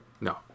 no